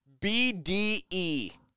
BDE